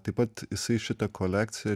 taip pat jisai šitą kolekciją